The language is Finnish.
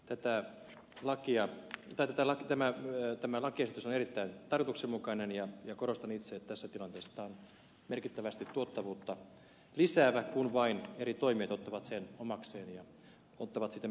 tätä lakia tätä lähtemään ja tämä lakiesitys on erittäin tarkoituksenmukainen ja korostan itse että tässä tilanteessa tämä on merkittävästi tuottavuutta lisäävä kun vain eri toimijat ottavat sen omakseen ja ottavat siitä myöskin onkeensa